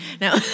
No